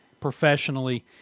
professionally